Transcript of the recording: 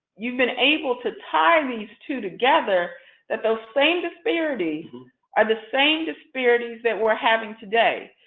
you've been able to tie these two together that those same disparities are the same disparities that we're having today.